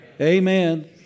Amen